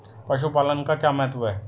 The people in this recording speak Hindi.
पशुपालन का क्या महत्व है?